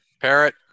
Parrot